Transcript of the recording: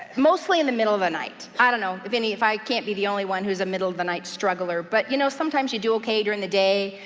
mostly in the middle of the night. i don't know, if any, if i can't be the only one who's a middle of the night struggler, but you know, sometimes you do okay during the day,